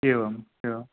एवम् एवम्